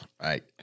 Right